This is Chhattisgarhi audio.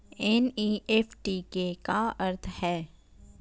एन.ई.एफ.टी के का अर्थ है?